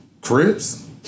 Crips